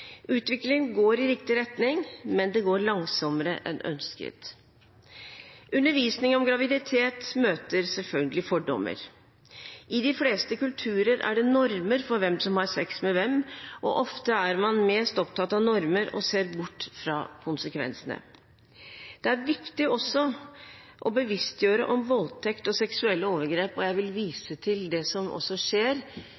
riktig retning, men det går langsommere enn ønsket. Undervisning om graviditet møter selvfølgelig fordommer. I de fleste kulturer er det normer for hvem som har sex med hvem, og ofte er man mest opptatt av normer og ser bort fra konsekvensene. Det er viktig også å bevisstgjøre om voldtekt og seksuelle overgrep. Jeg vil vise til det som også skjer